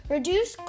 Reduce